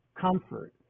comfort